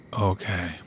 Okay